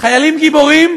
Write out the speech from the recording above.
חיילים גיבורים,